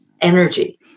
energy